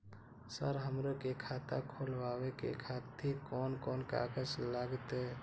Sir हमरो के खाता खोलावे के खातिर कोन कोन कागज लागते?